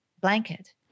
blanket